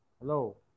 hello